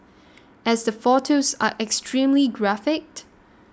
as the photos are extremely graphic